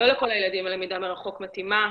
הילדים הלמידה מרחוק מתאימה.